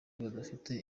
badafite